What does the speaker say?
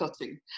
cutting